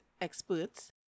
experts